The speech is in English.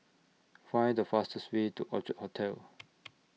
Find The fastest Way to Orchard Hotel